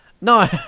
No